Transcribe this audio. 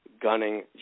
gunning